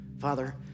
Father